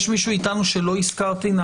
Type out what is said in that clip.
איתנו שלא הזכרתי?